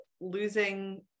losing